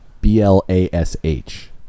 B-L-A-S-H